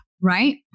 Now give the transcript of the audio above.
Right